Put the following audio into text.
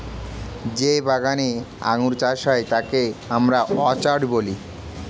যেই বাগানে আঙ্গুর চাষ হয় তাকে আমরা অর্চার্ড বলি